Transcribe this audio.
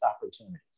opportunities